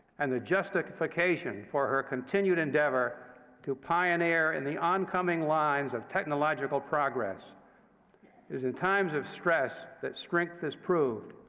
and the justification for her continued endeavor to pioneer in the oncoming lines of technological progress. it is in times of stress that strength is proved,